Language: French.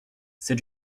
c’est